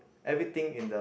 everything in the